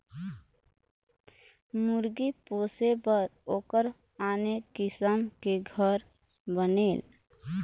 मुरगी पोसे बर ओखर आने किसम के घर बनेल